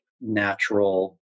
natural